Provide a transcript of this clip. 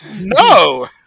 No